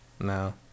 No